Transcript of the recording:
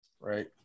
Right